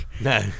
no